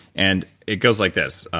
and it goes like this.